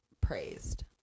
praised